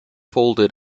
folded